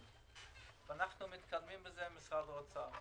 ואנחנו מתקדמים בזה עם משרד האוצר.